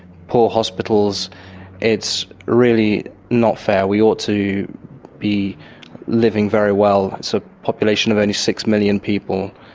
poor hospitals it's really not fair. we ought to be living very well. it's a population of only six million people.